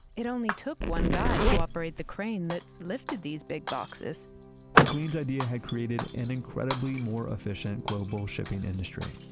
it only took one guy to operate the crane that lifted these big boxes mclean's idea had created an incredibly more efficient global shipping industry,